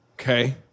Okay